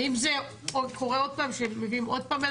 האם זה קורה עוד פעם שמביאים עוד פעם בן